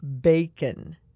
Bacon